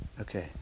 Okay